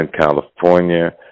California